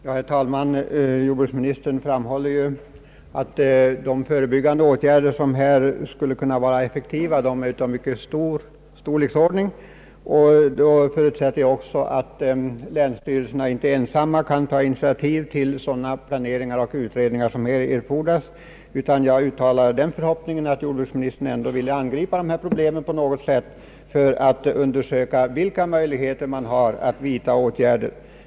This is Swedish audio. Herr talman! Jordbruksministern framhåller att de förebyggande åtgärder som här skulle kunna vara effektiva är av mycket stor omfattning. Då för utsätter jag också att länsstyrelserna inte ensamma kan ta initiativ till sådana planeringar och utredningar som erfordras. Jag uttalar därför den förhoppningen att jordbruksministern ändå vill angripa dessa problem på något sätt för att undersöka vilka möjligheter man har att vidtaga åtgärder.